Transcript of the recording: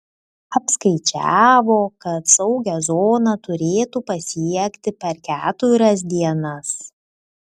apskaičiavo kad saugią zoną turėtų pasiekti per keturias dienas